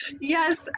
Yes